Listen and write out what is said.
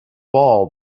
ball